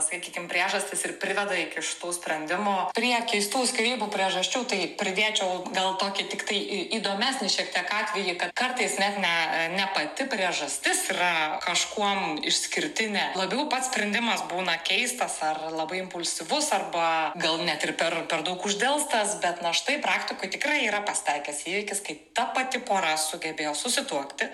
sakykim priežastys ir priveda iki šitų sprendimų prie keistų skyrybų priežasčių tai pridėčiau gal tokį tiktai įdomesnį šiek tiek atvejį kad kartais net ne ne pati priežastis yra kažkuom išskirtinė labiau pats sprendimas būna keistas ar labai impulsyvus arba gal net ir per per daug uždelstas bet na štai praktikoj tikrai yra pasitaikęs įvykis kaip ta pati pora sugebėjo susituokti